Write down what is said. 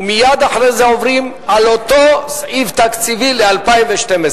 ומייד אחרי זה עוברים על אותו סעיף תקציבי ל-2012.